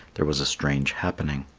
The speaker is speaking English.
there was a strange happening.